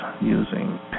using